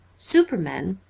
supermen,